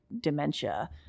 dementia